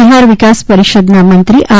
બિહાર વિકાસ પરિષદના મંત્રી આર